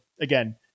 again